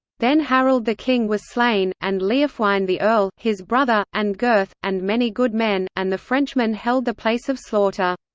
then harald the king was slain, and leofwine the earl, his brother, and gyrth, and many good men, and the frenchmen held the place of slaughter.